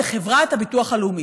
ביקשתי תהליך מסובך.